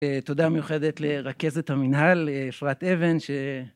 תודה מיוחדת לרכזת המנהל, אפרת אבן.